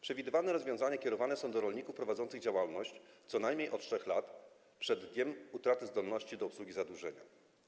Przewidywane rozwiązania kierowane są do rolników prowadzących działalność co najmniej od 3 lat przed dniem utraty zdolności do obsługi zadłużenia.